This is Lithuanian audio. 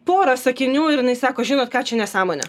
pora sakinių ir jinai sako žinot ką čia nesąmonė